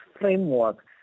framework